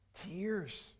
Tears